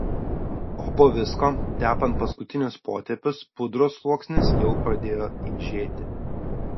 o po visko tepant paskutinius potėpius pudros sluoksnis jau pradėjo eižėti